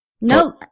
No